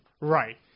Right